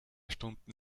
stunden